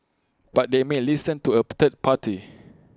but they may A listen to A third party